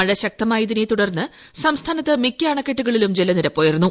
മഴ ശക്തമായതിനെ തുടർന്ന് സംസ്ഥാനത്ത് മിക്ക അണക്കെട്ടുകളിലും ജലനിരപ്പ് ഉയർന്നു